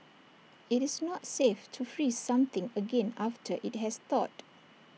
IT is not safe to freeze something again after IT has thawed